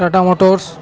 Tata Motors